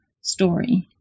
story